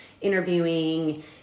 interviewing